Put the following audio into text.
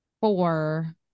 four